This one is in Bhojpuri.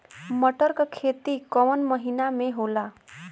मटर क खेती कवन महिना मे होला?